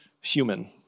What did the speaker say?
human